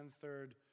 third